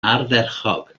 ardderchog